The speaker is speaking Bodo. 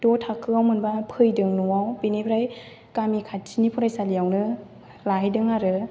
द' थाखोआव मोनबा फैदों न'आव बेनिफ्राय गामि खाथिनि फरायसालियावनो लाहैदों आरो